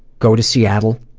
go to seattle,